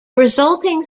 resulting